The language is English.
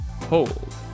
hold